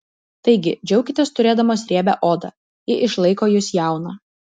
taigi džiaukitės turėdamos riebią odą ji išlaiko jus jauną